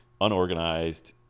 unorganized